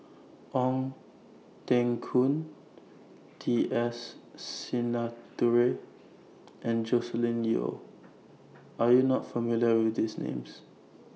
Ong Teng Koon T S Sinnathuray and Joscelin Yeo Are YOU not familiar with These Names